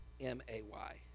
M-A-Y